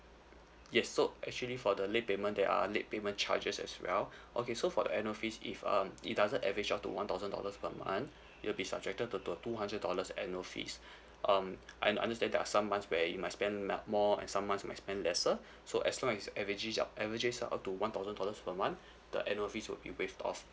yes so actually for the late payment there are late payment charges as well okay so for the annual fees if um it doesn't average out to one thousand dollars per month you will be subjected to the two hundred dollars annual fees um I understand there are some months where you might spend uh more and some months you might spend lesser so as long as average spend up to one thousand dollars per month the annual fees will be waived off